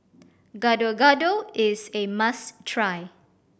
Gado Gado is a must try